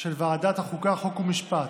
של ועדת החוקה, חוק ומשפט,